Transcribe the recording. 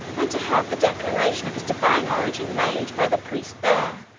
and to have the declaration of his divine origin made by the priests there.